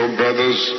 brothers